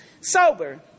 sober